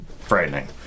frightening